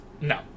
No